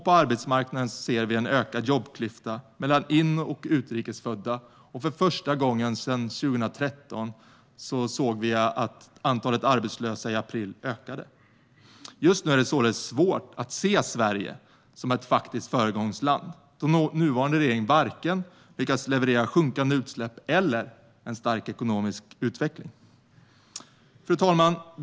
På arbetsmarknaden ser vi en ökad jobbklyfta mellan in och utrikes födda, och för första gången sedan 2013 såg vi i april att antalet arbetslösa ökade. Just nu är det således svårt att se Sverige som ett faktiskt föregångsland, då nuvarande regering varken lyckas leverera minskande utsläpp eller en stark ekonomisk utveckling. Fru talman!